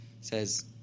says